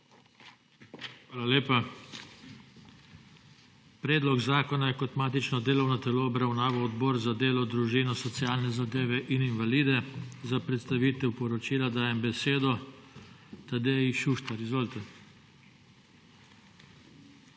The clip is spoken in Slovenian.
Hvala lepa. Predlog zakona je kot matično delovno telo obravnaval Odbor za delo, družino, socialne zadeve in invalide. Za predstavitev poročila dajem besedo Tadeji Šuštar. Izvolite.